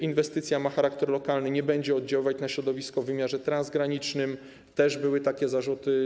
Inwestycja ma charakter lokalny i nie będzie oddziaływać na środowisko w wymiarze transgranicznym, a były też takie zarzuty.